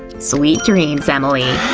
sweet dreams, emily!